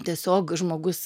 tiesiog žmogus